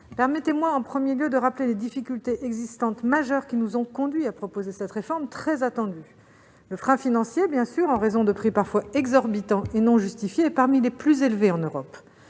Permettez-moi en premier lieu de rappeler les difficultés majeures qui nous ont conduits à proposer cette réforme, très attendue : le frein financier, bien sûr, en raison de prix parfois exorbitants et non justifiés- ils sont parmi les plus élevés en Europe